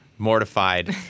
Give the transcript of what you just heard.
mortified